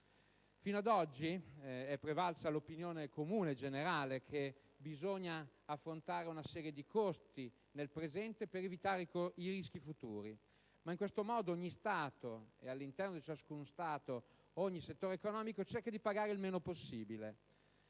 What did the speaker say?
Fino ad oggi è prevalsa l'opinione comune generale che bisogna affrontare una serie di costi nel presente per evitare i rischi futuri, ma in questo modo ogni Stato e, all'interno di ciascuno Stato, ogni settore economico, cerca di pagare il meno possibile,